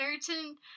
certain